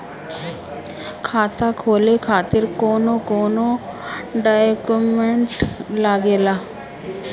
खाता खोले खातिर कौन कौन डॉक्यूमेंट लागेला?